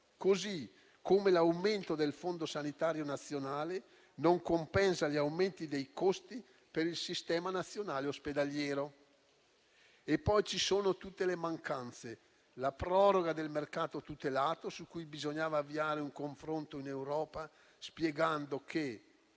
così come l'aumento del Fondo sanitario nazionale non compensa gli aumenti dei costi per il sistema nazionale ospedaliero. Poi ci sono tutte le mancanze, come ad esempio la proroga del mercato tutelato, su cui bisognava avviare un confronto in Europa, spiegando che,